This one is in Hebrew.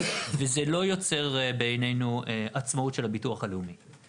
וזה לא יוצר עצמאות של הביטוח הלאומי בעינינו.